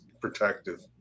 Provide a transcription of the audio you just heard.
protective